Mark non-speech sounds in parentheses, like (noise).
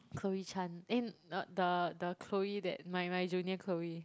(unintelligible)